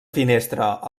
finestra